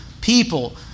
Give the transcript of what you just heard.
people